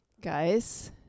Guys